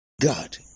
God